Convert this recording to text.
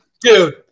Dude